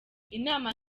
inama